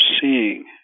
seeing